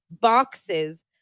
boxes